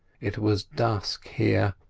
it was dusk here,